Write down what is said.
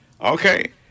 Okay